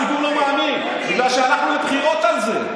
הציבור לא מאמין, בגלל שהלכנו לבחירות על זה.